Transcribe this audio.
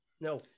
No